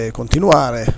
continuare